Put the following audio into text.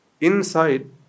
inside